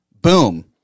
Boom